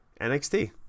NXT